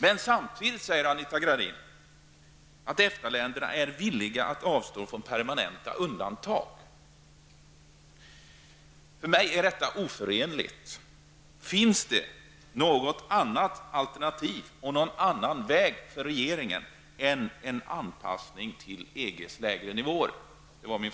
Men samtidigt säger Anita Gradin att EFTA länderna är villiga att avstå från permanenta undantag. För mig är detta oförenligt. Finns det något annat alternativ och någon annan väg för regeringen än en anpassning till EGs lägre nivåer?